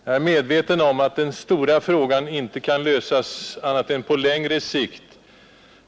Jag är medveten om att den stora fråga som där dras upp, inte kan lösas annat än på längre sikt.